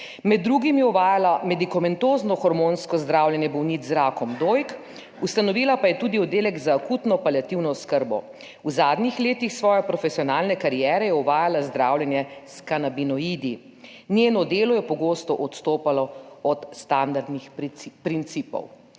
Med drugim je uvajala medikumentozno hormonsko zdravljenje bolnic z rakom dojk, ustanovila pa je 106. TRAK: (NB) - 18.35 (Nadaljevanje) tudi oddelek za akutno paliativno oskrbo. V zadnjih letih svoje profesionalne kariere je uvajala zdravljenje s kanabinoidi. Njeno delo je pogosto odstopalo od standardnih principov.